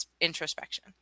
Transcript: introspection